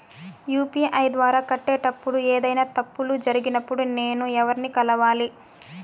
UPI ద్వారా కట్టేటప్పుడు ఏదైనా తప్పులు జరిగినప్పుడు నేను ఎవర్ని కలవాలి?